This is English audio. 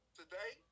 today